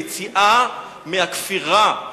היא יציאה מהכפירה,